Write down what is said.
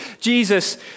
Jesus